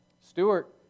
Stewart